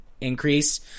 increase